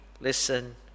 listen